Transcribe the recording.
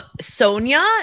Sonia